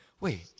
wait